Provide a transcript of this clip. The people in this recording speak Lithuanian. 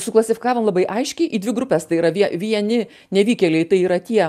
suklasifikavom labai aiškiai į dvi grupes tai yra vieni nevykėliai tai yra tie